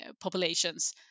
populations